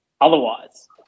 otherwise